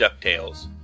DuckTales